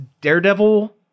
Daredevil